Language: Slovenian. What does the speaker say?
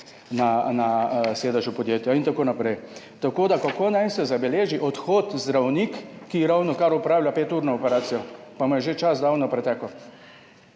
na sedežu podjetja in tako naprej. Kako naj se zabeleži odhod zdravnika, ki ravnokar opravlja peturno operacijo, pa mu je čas že davno pretekel?